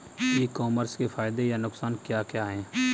ई commerce के फायदे या नुकसान क्या क्या हैं?